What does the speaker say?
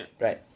Right